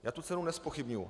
Já tu cenu nezpochybňuji.